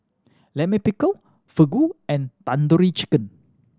Lime Pickle Fugu and Tandoori Chicken